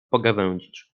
pogawędzić